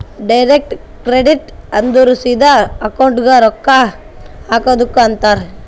direct credit ಅಂದುರ್ ಸಿದಾ ಅಕೌಂಟ್ಗೆ ರೊಕ್ಕಾ ಹಾಕದುಕ್ ಅಂತಾರ್